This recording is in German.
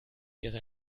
ihre